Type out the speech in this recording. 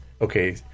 okay